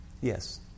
Yes